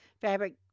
fabric